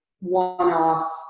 one-off